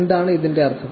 എന്താണ് ഇതിന്റെ അര്ഥം